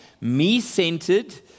me-centered